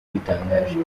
bitangaje